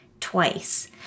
twice